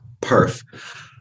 Perf